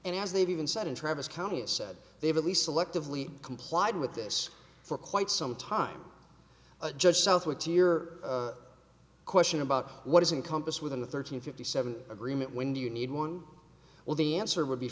and as they've even said in travis county has said they have at least selectively complied with this for quite some time a judge southwick tier question about what is in compass within the thirteen fifty seven agreement when do you need one well the answer would be